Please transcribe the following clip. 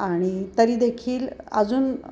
आणि तरी देखील अजून